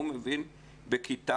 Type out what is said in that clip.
הוא מבין בכיתה,